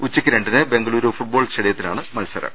ഉച്ചക്ക് രണ്ടിന് ബെങ്കലൂരു ഫുട്ബോൾ സ്റ്റേഡിയത്തിലാണ് മത്സരം